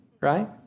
right